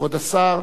כבוד השר,